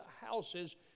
houses